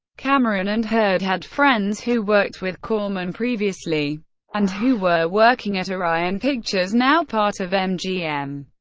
cameron and hurd had friends who worked with corman previously and who were working at orion pictures, now part of mgm.